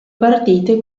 partite